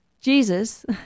Jesus